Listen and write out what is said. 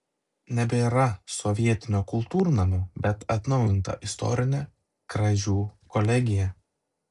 nebėra sovietinio kultūrnamio bet atnaujinta istorinė kražių kolegija